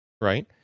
right